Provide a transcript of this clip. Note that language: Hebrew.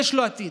יש לו עתיד.